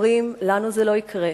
אומרים: לנו זה לא יקרה.